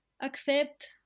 Accept